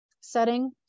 setting